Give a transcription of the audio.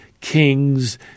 kings